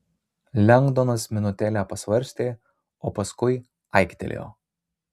lengdonas minutėlę pasvarstė o paskui aiktelėjo